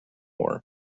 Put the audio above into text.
war